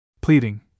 Pleading